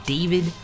David